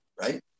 right